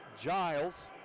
Giles